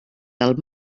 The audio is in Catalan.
del